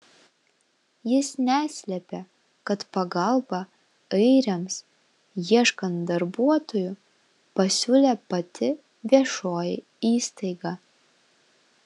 jis neslėpė kad pagalbą airiams ieškant darbuotojų pasiūlė pati viešoji įstaiga